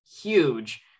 huge